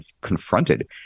confronted